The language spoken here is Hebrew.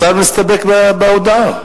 השר מסתפק בהודעה.